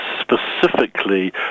specifically